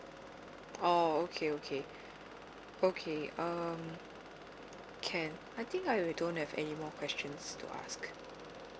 oh okay okay okay um can I think I don't have any more questions to ask